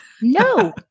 No